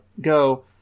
go